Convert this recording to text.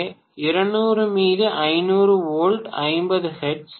மாணவர் 200 மீது 500 volt 50 hertz